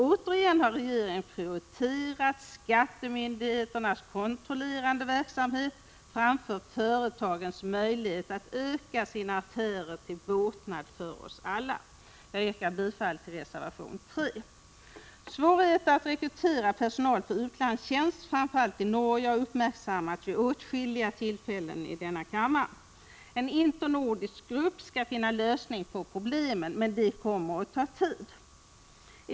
Återigen har regeringen prioriterat skattemyndigheternas kontrollerande verksamhet framför företagens möjligheter att öka sina affärer till båtnad för oss alla. Jag yrkar bifall till reservation 3. Svårigheter att rekrytera personal för utlandstjänst framför allt i Norge har uppmärksammats vid åtskilliga tillfällen här i kammaren. En internordisk grupp skall finna lösningen på problemen. Men det kommer att ta tid.